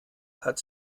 hat